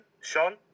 Sean